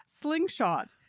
slingshot